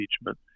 impeachment